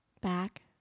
Back